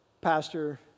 pastor